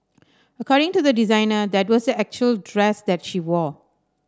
according to the designer that was the actual dress that she wore